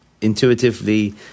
intuitively